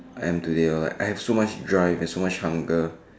I am today lor I have so much drive and so much hunger